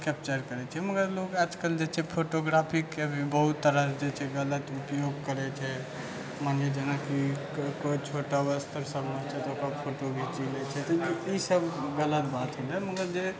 capture करै छियै मगर लोग आज कल जे छै फोटोग्राफीके बहुत तरहसँ जे छै गलत उपयोग करै छै मानि लिअ जेनाकि कोइ छोटा वस्त्र सभमे छै तऽ ओकर फोटो खीञ्चि लै छै तऽ ई सभ गलत बात भेलै मगर जे